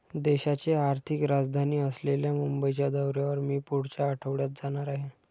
देशाची आर्थिक राजधानी असलेल्या मुंबईच्या दौऱ्यावर मी पुढच्या आठवड्यात जाणार आहे